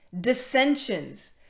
dissensions